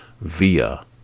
via